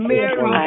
Mary